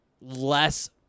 less